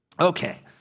Okay